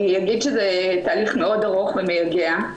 זה תהליך מאוד ארוך ומייגע.